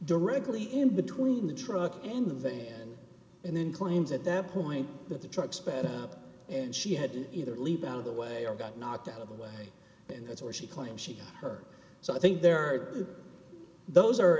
directly in between the truck and the van and then claims at that point that the truck sped up and she had to either leap out of the way or got knocked out of the way and that's where she claims she got her so i think there are those are